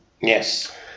Yes